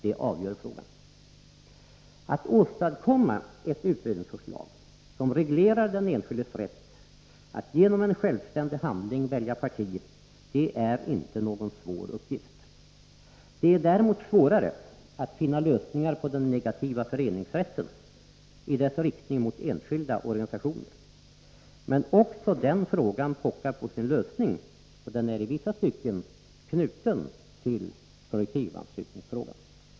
Det avgör frågan. Att åstadkomma ett utredningsförslag som reglerar den enskildes rätt att genom en självständig handling välja parti är inte någon svår uppgift. Det är däremot svårare att finna lösningar på den negativa föreningsrätten i riktning mot enskilda och organisationer, men också den frågan pockar på sin lösning, och den är i vissa stycken knuten till kollektivanslutningsfrågan.